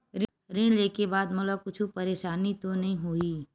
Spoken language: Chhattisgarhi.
ऋण लेके बाद मोला कुछु परेशानी तो नहीं होही?